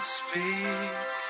speak